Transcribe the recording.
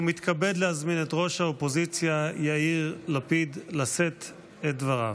ומתכבד להזמין את ראש האופוזיציה יאיר לפיד לשאת את דבריו.